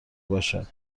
باشد